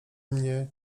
mnie